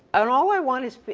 and all i want is,